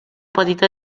petita